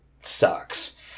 sucks